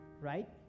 right